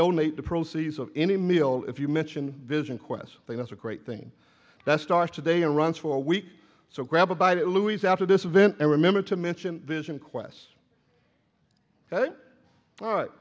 donate the proceeds of any meal if you mention vision quest then that's a great thing that starts today and runs for a week so grab a bite at louise after this event and remember to mention vision quest